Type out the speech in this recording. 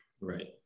Right